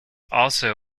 also